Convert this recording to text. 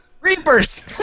Reapers